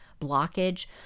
blockage